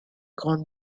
grand